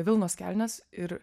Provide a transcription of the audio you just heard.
vilnos kelnes ir